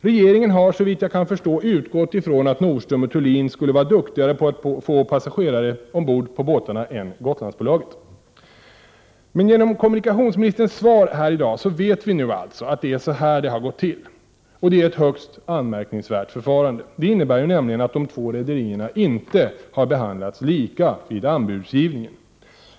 Regeringen har, såvitt jag kan förstå, utgått ifrån att Nordström & Thulin skulle vara duktigare på att få passagerare ombord på båtarna än Gotlandsbolaget. Genom kommunikationsministerns svar här i dag vet vi nu alltså att det är så här det har gått till. Och det är ett högst anmärkningsvärt förfarande. Det innebär nämligen att de två rederierna inte har behandlats lika vid anbudsbedömningen.